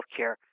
healthcare